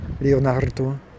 Leonardo